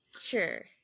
Sure